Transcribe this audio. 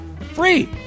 Free